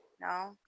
No